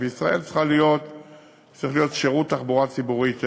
בישראל צריך להיות שירות תחבורה ציבורית מודרני.